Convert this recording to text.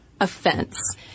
offense